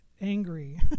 angry